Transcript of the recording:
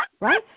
Right